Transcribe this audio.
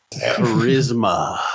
Charisma